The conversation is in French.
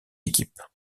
équipes